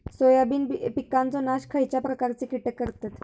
Soybean पिकांचो नाश खयच्या प्रकारचे कीटक करतत?